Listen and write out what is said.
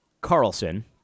Carlson